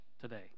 today